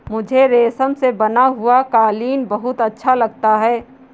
मुझे रेशम से बना हुआ कालीन बहुत अच्छा लगता है